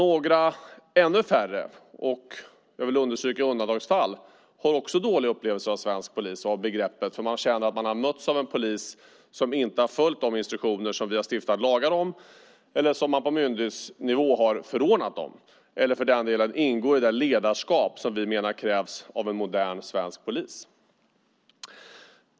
Ett mindre antal, det är undantagsfall, har dåliga upplevelser av svensk polisk. Man känner att man har mötts av en polis som inte har följt de instruktioner som vi har stiftat lagar om eller som man på myndighetsnivå har förordnat om eller som ingår i det ledarskap som vi menar krävs av modern svensk polis.